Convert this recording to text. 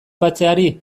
batzeari